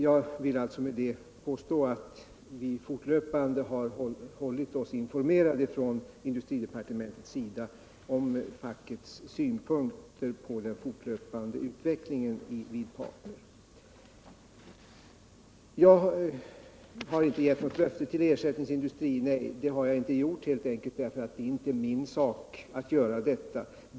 Jag vill alltså påstå att vi i industridepartementet fortlöpande har hållit oss informerade om fackets synpunkter på utvecklingen vid Partner i Östersund. Birger Nilsson omnämner att jag inte gett något löfte om ersättningsindustri. Nej, det har jag inte gjort helt enkelt därför att det inte är min sak att göra detta.